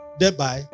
thereby